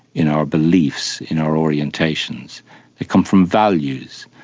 in our beliefs, in our orientations, they come from values.